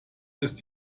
ist